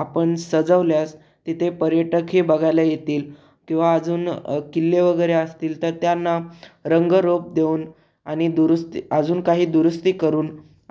आपण सजवल्यास तिथे पर्यटक हे बघायला येतील किंवा अजून किल्ले वगैरे असतील तर त्यांना रंगरूप देऊन आणि दुरुस्ती अजून काही दुरुस्ती करून